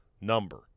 number